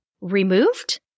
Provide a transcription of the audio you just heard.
removed